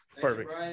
Perfect